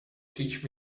teach